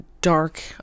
dark